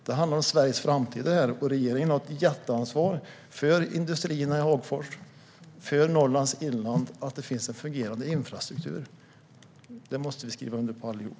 Det handlar om Sveriges framtid, och regeringen har ett jätteansvar för att det finns en fungerande infrastruktur för industrierna i Hagfors och för Norrlands inland. Det måste vi skriva under på allihop.